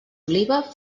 oliva